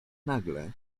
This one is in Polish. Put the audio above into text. nagle